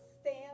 stand